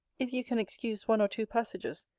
if you can excuse one or two passages,